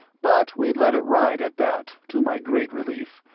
but we let it ride at that, to my great relief,